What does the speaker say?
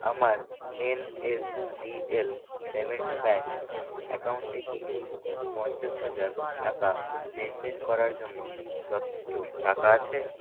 আমার NSDL payments bank অ্যাকাউন্টে কি পঞ্চাশ হাজার টাকা লেনদেন করার জন্য যথেষ্ট টাকা আছে